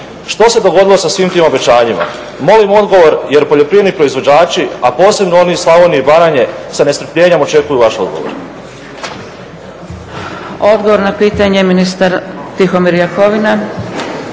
Što se dogodilo sa svim tim obećanjima? Molim odgovor jer poljoprivredni proizvođači, a posebno oni iz Slavonije i Baranje sa nestrpljenjem očekuju vaš odgovor. **Zgrebec, Dragica (SDP)** Odgovor na pitanje, ministar Tihomir Jakovina.